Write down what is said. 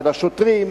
של השוטרים,